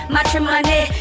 Matrimony